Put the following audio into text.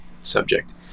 subject